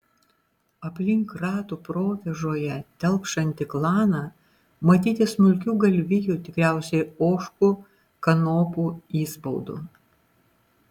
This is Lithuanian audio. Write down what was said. aplink ratų provėžoje telkšantį klaną matyti smulkių galvijų tikriausiai ožkų kanopų įspaudų